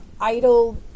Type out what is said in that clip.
idle